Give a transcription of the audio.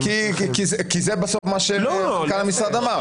כי זה בסוף מה שמנכ"ל המשרד אמר.